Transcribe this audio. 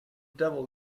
devil